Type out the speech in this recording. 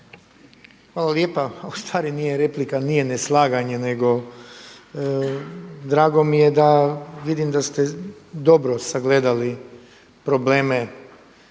Hvala lijepa. A ustvari nije replika, nije neslaganje nego drago mi je da vidim da ste dobro sagledali probleme